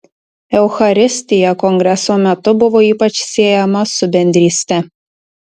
eucharistija kongreso metu buvo ypač siejama su bendryste